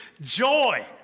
joy